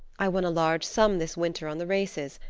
i won a large sum this winter on the races,